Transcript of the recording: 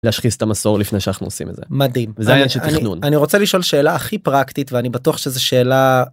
להשחיז את המסור לפני שאנחנו עושים את זה מדהים, עניין של תכנון, אני רוצה לשאול שאלה הכי פרקטית ואני בטוח שזה שאלה.